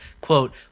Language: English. quote